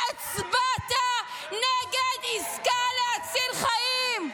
אתה הצבעת נגד עסקה להציל חיים.